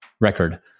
record